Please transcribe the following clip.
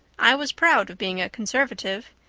i was proud of being a conservative.